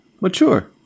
mature